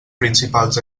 principals